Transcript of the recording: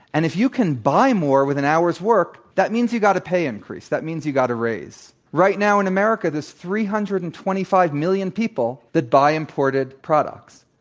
and if you can buy more with an hour's work, that means you got pay increase. that means you got a raise. right now, in america, there's three hundred and twenty five million people that buy imported products.